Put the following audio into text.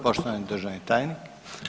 Poštovani državni tajnik.